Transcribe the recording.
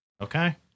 Okay